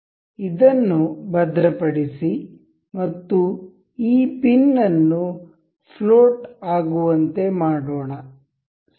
ಇದನ್ನು ಭದ್ರಪಡಿಸಿ ಮತ್ತು ಈ ಪಿನ್ ಅನ್ನು ಫ್ಲೋಟ್ ಆಗುವಂತೆ ಮಾಡೋಣ ಸರಿ